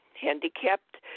handicapped